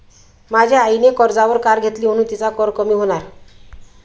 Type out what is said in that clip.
माझ्या आईने कर्जावर कार घेतली म्हणुन तिचा कर कमी होणार